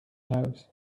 house